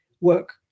work